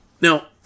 Now